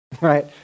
right